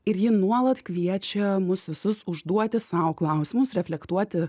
ir ji nuolat kviečia mus visus užduoti sau klausimus reflektuoti